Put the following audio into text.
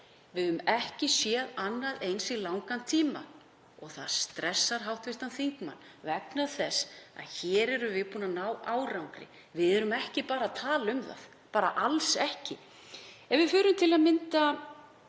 við ekki séð annað eins í langan tíma og það stressar hv. þingmann vegna þess að hér erum við búin að ná árangri. Við erum ekki bara að tala um það, bara alls ekki. Ef við lítum t.d.